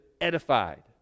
edified